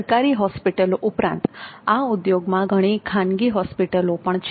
સરકારી હોસ્પિટલો ઉપરાંત આ ઉદ્યોગમાં ઘણી ખાનગી હોસ્પિટલો પણ છે